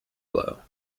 blow